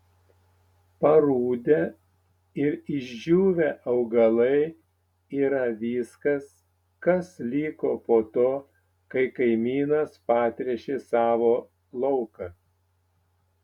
parudę ir išdžiūvę augalai yra viskas kas liko po to kai kaimynas patręšė savo lauką